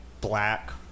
black